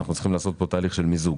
אנחנו צריכים לעשות פה תהליך מיזוג.